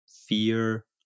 fear